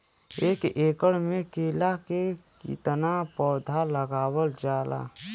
एक एकड़ में केला के कितना पौधा लगावल जाला?